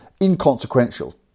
inconsequential